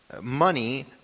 money